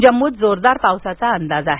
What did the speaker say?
जम्मूत जोरदार पावसाचा अंदाज आहे